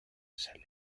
salem